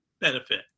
benefit